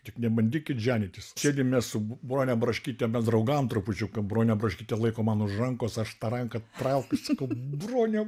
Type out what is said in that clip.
tik nebandykit ženytis čiagi mes su brone braškyte mes draugavom trupučiuką bronė braškytė laiko man už rankos aš tą ranką trauk sakau brone